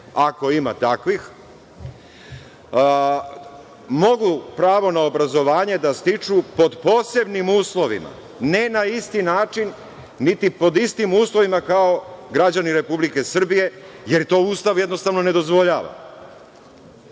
ako ima takvih, mogu pravo na obrazovanje da stiču pod posebnim uslovima, ne na isti način, niti pod istim uslovima kao građani Republike Srbije, jer to Ustav jednostavno ne dozvoljava.